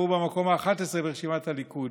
והוא במקום ה-11 ברשימת הליכוד.